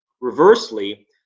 reversely